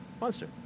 Monster